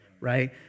right